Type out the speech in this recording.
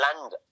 land